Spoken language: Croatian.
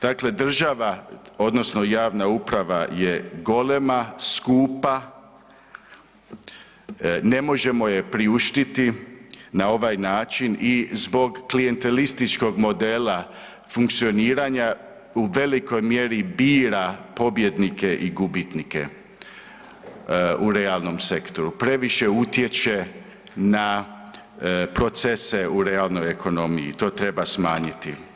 Dakle, država odnosno javna uprava je golema, skupa, ne možemo je priuštiti na ovaj način i zbog klijentističkog modela funkcioniranja u velikoj mjeri bira pobjednike i gubitnike u realnom sektoru, previše utječe na procese u realnoj ekonomiji i to treba smanjiti.